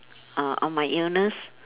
uh on my illness